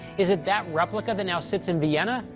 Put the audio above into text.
is it that replica that now sits in vienna?